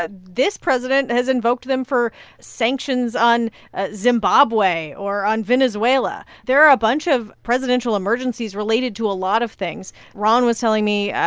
ah this president has invoked them for sanctions on ah zimbabwe or on venezuela. there are a bunch of presidential emergencies related to a lot of things. ron was telling me,